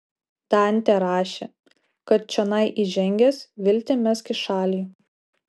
dantė rašė kad čionai įžengęs viltį mesk į šalį